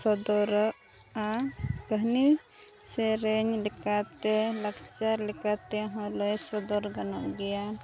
ᱥᱚᱫᱚᱨᱚᱜᱼᱟ ᱠᱟᱹᱦᱱᱤ ᱥᱮᱨᱮᱧ ᱞᱮᱠᱟᱛᱮ ᱞᱟᱠᱪᱟᱨ ᱞᱮᱠᱟᱛᱮᱦᱚᱸ ᱞᱟᱹᱭ ᱥᱚᱫᱚᱨ ᱜᱟᱱᱚᱜ ᱜᱮᱭᱟ